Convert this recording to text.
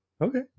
Okay